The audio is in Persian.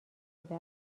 شده